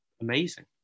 amazing